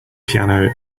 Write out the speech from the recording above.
piano